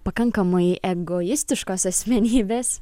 pakankamai egoistiškos asmenybės